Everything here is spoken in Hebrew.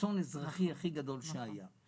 האסון האזרחי הכי גדול שהיה.